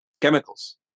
chemicals